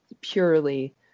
purely